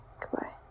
goodbye